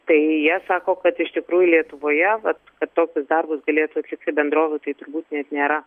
tai jie sako kad iš tikrųjų lietuvoje vat tokius darbus eilės atlikti bendrovių tai turbūt net nėra